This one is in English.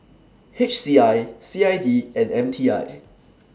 H C I C I D and M T I